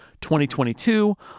2022